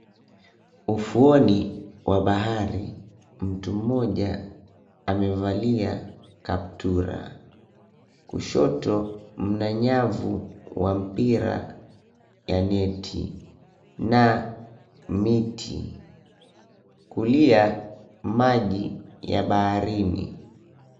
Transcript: Ufuoni wa bahari, mtu mmoja amevalia kaptula. Kushoto, mna nyavu wa mpira ya neti na miti. Kulia, maji ya baharini.